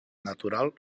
natural